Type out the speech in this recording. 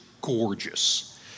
gorgeous